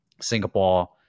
Singapore